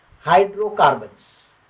Hydrocarbons